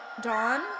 Dawn